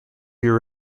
year